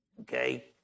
okay